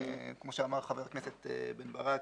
כמו שאמר חבר הכנסת בן ברק,